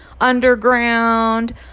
underground